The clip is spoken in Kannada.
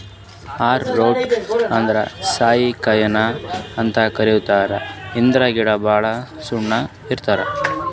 ಆರೊ ರೂಟ್ ಅಂದ್ರ ಸೌತಿಕಾಯಿನು ಅಂತ್ ಕರಿತಾರ್ ಇದ್ರ್ ಗಿಡ ಭಾಳ್ ಸಣ್ಣು ಇರ್ತವ್